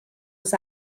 oes